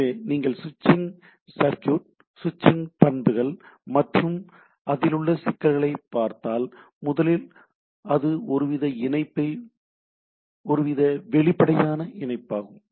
எனவே நீங்கள் ஸ்விட்சிங் சர்க்யூட் ஸ்விட்சிங் பண்புகள் மற்றும் அதிலுள்ள சிக்கல்களைப் பார்த்தால் முதலில் இது ஒருவித வெளிப்படையான இணைப்பாகும்